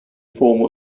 formal